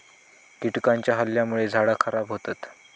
कीटकांच्या हल्ल्यामुळे झाडा खराब होतत